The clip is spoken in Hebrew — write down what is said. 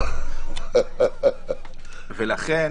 ולכן